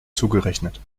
zugerechnet